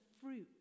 fruit